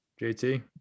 JT